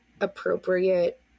appropriate